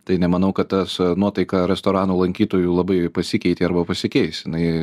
tai nemanau kad tas nuotaika restoranų lankytojų labai pasikeitė arba pasikeis jinai